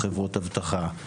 חברות אבטחה,